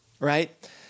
right